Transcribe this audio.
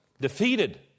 defeated